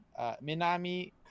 Minami